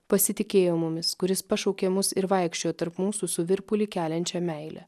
pasitikėjo mumis kuris pašaukė mus ir vaikščiojo tarp mūsų su virpulį keliančią meilę